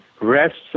rests